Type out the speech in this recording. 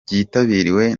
byitabiriwe